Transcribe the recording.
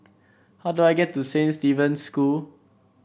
how do I get to Saint Stephen's School